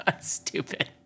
stupid